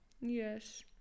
Yes